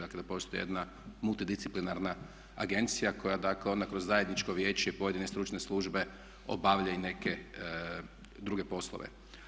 Dakle, da postoji jedna multi disciplinarna agencija koja, dakle ona kroz zajedničko vijeće i pojedine stručne službe obavlja i neke druge poslove.